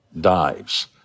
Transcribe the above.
dives